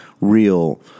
real